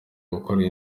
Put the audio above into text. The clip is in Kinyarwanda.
gukora